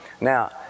Now